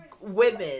women